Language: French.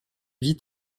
vit